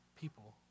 people